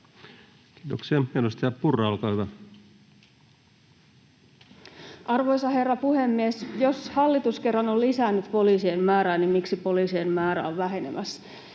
Packalén ps) Time: 16:05 Content: Arvoisa herra puhemies! Jos hallitus kerran on lisännyt poliisien määrää, niin miksi poliisien määrä on vähenemässä?